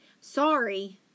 Sorry